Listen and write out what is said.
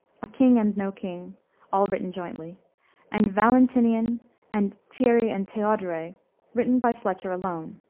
a king and no king all written jointly and valentinian and thierry and theodoret, written by fletcher alone,